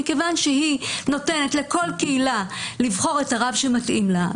מכיוון שהיא נותנת לכל קהילה לבחור את הרב שמתאים לה,